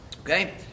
okay